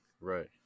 right